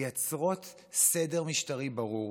מייצרות סדר משטרי ברור,